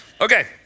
Okay